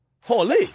holy